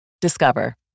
Discover